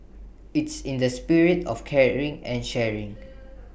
it's in the spirit of caring and sharing